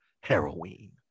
heroin